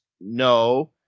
no